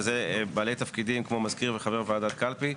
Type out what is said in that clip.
וזה בעלי תפקידים כמו מזכיר וחבר ועדת קלפי,